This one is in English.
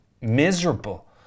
miserable